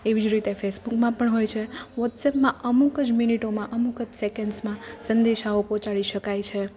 એવી જ રીતે ફેસબુકમાં પણ હોય છે વોટ્સઅપમાં અમુક જ મિનિટોમાં અમુક જ એકન્ડ્સમાં સંદેશાઓ પહોંચાડી શકાય છે